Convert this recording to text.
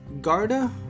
Garda